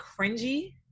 cringy